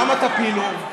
למה תפילו?